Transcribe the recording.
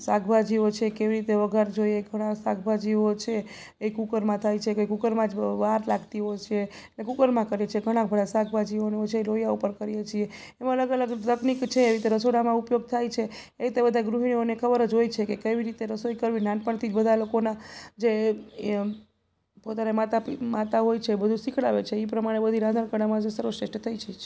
શાકભાજીઓ છે કેવી રીતે વઘાર જોઈએ ઘણા શાકભાજીઓ છે એ કૂકરમાં થાય છે કે કૂકરમાં જ વાર લાગતી હોય છે એ કૂકરમાં કરે છે ઘણાં ખરાં શાકભાજીઓને એવું છે લોયા ઉપર કરીએ છીએ એમ અલગ અલગ તકનિક છે એ રીતે રસોડામાં ઉપયોગ થાય છે એ રીતે બધા ગૃહિણીઓને ખબર જ હોય છે કે કેવી રીતે રસોઈ કરવી નાનપણથી જ બધા લોકોના જે એમ પોતાના માતા હોય છે બધું શીખડાવે છે એ પ્રમાણે બધી રાંધણ કળામાં જે સર્વશ્રેષ્ઠ થાય છે